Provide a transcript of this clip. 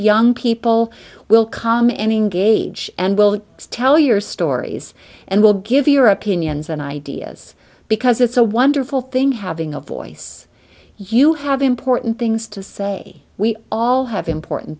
young people will come engage and will tell your stories and will give your opinions and ideas because it's a wonderful thing having a voice you have important things to say we all have important